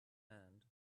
and